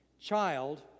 Child